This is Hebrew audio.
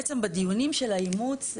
בדיונים של האימוץ,